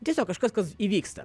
tiesiog kažkas kas įvyksta